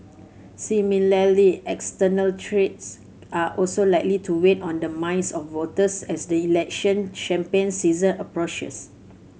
similarly external threats are also likely to weight on the minds of voters as the election champagne season approaches